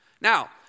Now